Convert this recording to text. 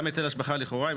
גם היטל השבחה, לכאורה.